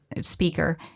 speaker